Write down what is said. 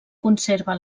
conserva